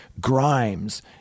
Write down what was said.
Grimes